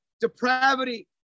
depravity